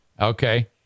Okay